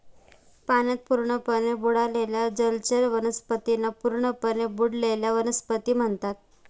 पाण्यात पूर्णपणे बुडालेल्या जलचर वनस्पतींना पूर्णपणे बुडलेल्या वनस्पती म्हणतात